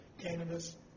cannabis